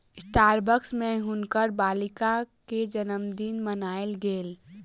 Starbucks में हुनकर बालिका के जनमदिन मनायल गेल